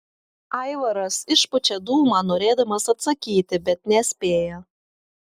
aivaras išpučia dūmą norėdamas atsakyti bet nespėja